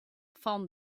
fan